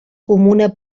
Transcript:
comuna